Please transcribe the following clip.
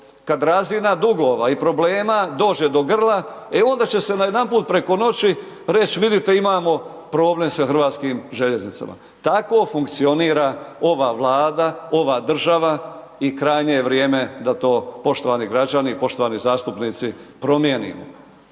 Kad razina dugova i problema dođe do grla, e onda će se najedanput preko noći reći, vidite, imamo problem sa HŽ-om. Tako funkcionira ova Vlada, ova država, i krajnje je vrijeme, da to poštovani građani i poštovani zastupnici promijenimo.